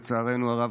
לצערנו הרב,